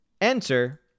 enter